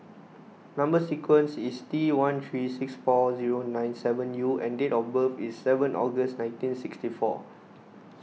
Number Sequence is T one three six four zero nine seven U and date of birth is seven August nineteen sixty four